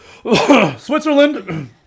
Switzerland